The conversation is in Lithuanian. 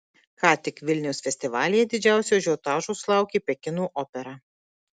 ką tik vilniaus festivalyje didžiausio ažiotažo sulaukė pekino opera